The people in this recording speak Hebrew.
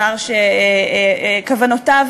שר שכוונותיו